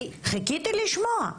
חיכיתי לשמוע.